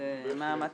מה תעשו?